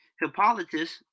Hippolytus